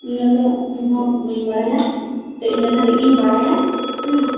ᱩᱱᱟᱹᱜ ᱫᱚ ᱤᱧ ᱦᱚᱸ ᱵᱟᱹᱧ ᱵᱟᱲᱟᱭᱟ ᱛᱚ ᱤᱱᱟᱹᱜ ᱫᱷᱟᱹᱨᱤᱡ ᱜᱤᱧ ᱵᱟᱲᱟᱭᱟ ᱦᱩᱸ